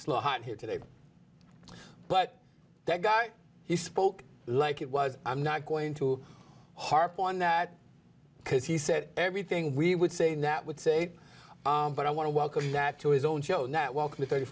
slow hot here today but that guy he spoke like it was i'm not going to harp on that because he said everything we would say that would say but i want to welcome you back to his own show not welcome thirty